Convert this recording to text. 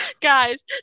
Guys